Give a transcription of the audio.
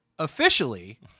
officially